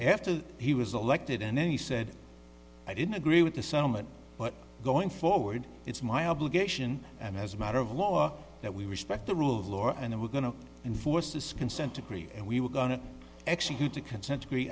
after he was elected and then he said i didn't agree with the sentiment but going forward it's my obligation and as a matter of law that we respect the rule of law and we're going to enforce this consent decree and we were going to execute a consent decree